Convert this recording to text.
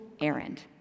errand